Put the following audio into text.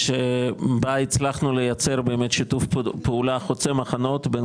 -- שבו הצלחנו לייצר באמת שיתוף פעולה חוצה מחנות בין